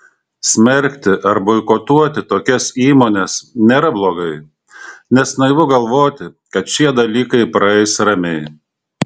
smerkti ar boikotuoti tokias įmones nėra blogai nes naivu galvoti kad šie dalykai praeis ramiai